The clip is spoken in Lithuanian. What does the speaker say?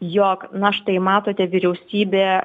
jog na štai matote vyriausybė